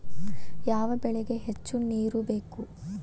ಯಾವ ಬೆಳಿಗೆ ಹೆಚ್ಚು ನೇರು ಬೇಕು?